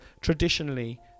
traditionally